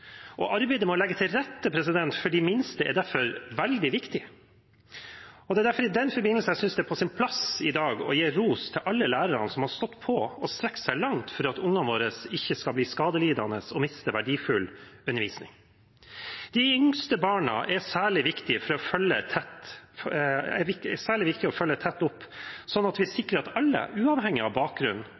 og arbeidet med å legge til rette for de minste er derfor veldig viktig. Det er i den forbindelse jeg synes det er på sin plass i dag å gi ros til alle lærerne som har stått på og strukket seg langt for at ungene våre ikke skal bli skadelidende og miste verdifull undervisning. De yngste barna er det særlig viktig å følge tett opp, slik at vi sikrer at alle, uavhengig av